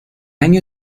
año